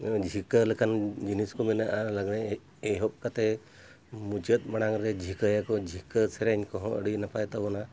ᱡᱷᱤᱠᱟᱹ ᱞᱮᱠᱟᱱ ᱡᱤᱱᱤᱥ ᱠᱚ ᱢᱮᱱᱟᱜᱼᱟ ᱞᱟᱜᱽᱬᱮ ᱮᱦᱚᱵ ᱠᱟᱛᱮ ᱢᱩᱪᱟᱹᱫ ᱢᱟᱲᱟᱝ ᱨᱮ ᱡᱷᱤᱠᱟᱹᱭᱟᱠᱚ ᱡᱷᱤᱠᱟᱹ ᱥᱮᱨᱮᱧ ᱠᱚᱦᱚᱸ ᱟᱹᱰᱤ ᱱᱟᱯᱟᱭ ᱛᱟᱵᱚᱱᱟ